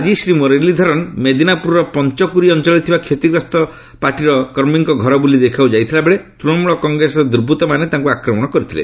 ଆଜି ଶ୍ରୀ ମୁରଲୀଧରନ୍ ମେଦିନାପୁରର ପଞ୍ଚକୁରୀ ଅଞ୍ଚଳରେ ଥିବା କ୍ଷତିଗ୍ରସ୍ତ ପାର୍ଟିର କର୍ମୀମାନଙ୍କ ଘର ବୁଲି ଦେଖିବାକୁ ଯାଇଥିବା ବେଳେ ତୂଶମୂଳ କଂଗ୍ରେସର ଦୁର୍ବୂତ୍ତ ମାନେ ତାଙ୍କୁ ଆକ୍ରମଣ କରିଥିଲେ